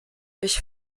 ich